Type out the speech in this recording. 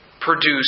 produce